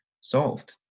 solved